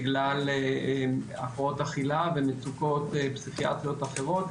בגלל הפרעות אכילה ומצוקות פסיכיאטריות אחרות,